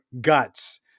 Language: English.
guts